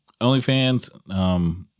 OnlyFans